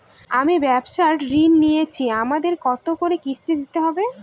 আমি ব্যবসার ঋণ নিয়েছি আমাকে কত করে কিস্তি দিতে হবে?